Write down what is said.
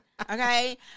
Okay